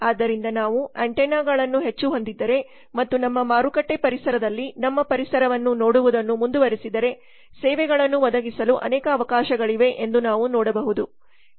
ಆದ್ದರಿಂದ ನಾವು ಆಂಟೆನಾಗಳನ್ನು ಹೆಚ್ಚು ಹೊಂದಿದ್ದರೆ ಮತ್ತು ನಮ್ಮ ಮಾರುಕಟ್ಟೆ ಪರಿಸರದಲ್ಲಿ ನಮ್ಮ ಪರಿಸರವನ್ನು ನೋಡುವುದನ್ನು ಮುಂದುವರಿಸಿದರೆ ಸೇವೆಗಳನ್ನು ಒದಗಿಸಲು ಅನೇಕ ಅವಕಾಶಗಳಿವೆ ಎಂದು ನಾವು ನೋಡಬಹುದು